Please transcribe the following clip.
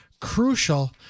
crucial